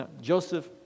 Joseph